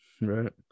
right